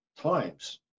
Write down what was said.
times